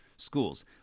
schools